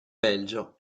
belgio